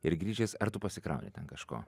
ir grįžęs ar tu pasikrauni ten kažko